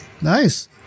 Nice